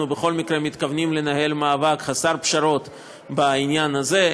אנחנו בכל מקרה מתכוונים לנהל מאבק חסר פשרות בעניין הזה.